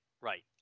right